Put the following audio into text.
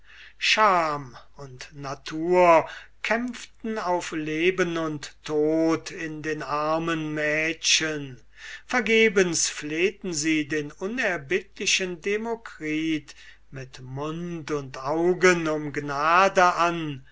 scham und natur kämpften auf leben und tod in den armen mädchen vergebens flehten sie den unerbittlichen demokritus mit mund und augen um gnade an